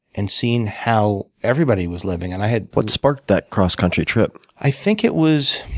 and seen how everybody was living, and i had what sparked that cross country trip? i think it was